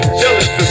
jealous